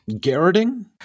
Garroting